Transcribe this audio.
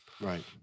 Right